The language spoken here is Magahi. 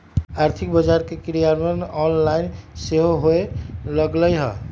आर्थिक बजार के क्रियान्वयन ऑनलाइन सेहो होय लगलइ ह